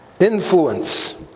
influence